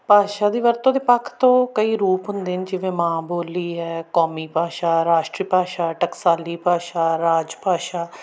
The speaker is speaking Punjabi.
ਭਾਸ਼ਾ ਦੀ ਵਰਤੋਂ ਦੇ ਪੱਖ ਤੋਂ ਕਈ ਰੂਪ ਹੁੰਦੇ ਨੇ ਜਿਵੇਂ ਮਾਂ ਬੋਲੀ ਹੈ ਕੌਮੀ ਭਾਸ਼ਾ ਰਾਸ਼ਟਰੀ ਭਾਸ਼ਾ ਟਕਸਾਲੀ ਭਾਸ਼ਾ ਰਾਜ ਭਾਸ਼ਾ